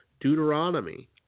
Deuteronomy